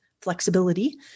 flexibility